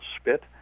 spit